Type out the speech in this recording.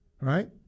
Right